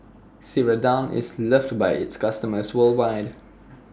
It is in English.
Ceradan IS loved By its customers worldwide